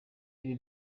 ibi